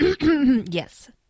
Yes